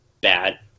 bad